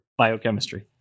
biochemistry